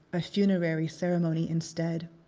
a funerary ceremony instead.